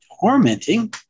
Tormenting